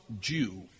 Jew